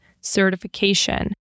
certification